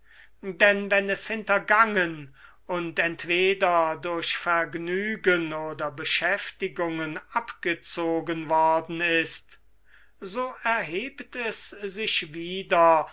denn wenn es hintergangen und entweder durch vergnügen oder beschäftigungen abgezogen werden ist so erhebt es sich wieder